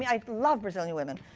i love brazilian women.